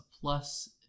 plus